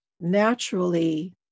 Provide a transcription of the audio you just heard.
naturally